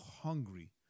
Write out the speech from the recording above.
hungry